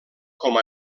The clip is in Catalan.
com